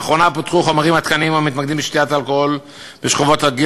לאחרונה פותח חומר עדכני המתמקד בשתיית אלכוהול בשכבות הגיל